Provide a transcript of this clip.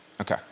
Okay